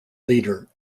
leader